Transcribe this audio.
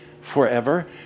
forever